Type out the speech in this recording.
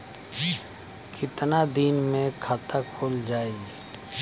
कितना दिन मे खाता खुल जाई?